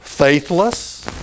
Faithless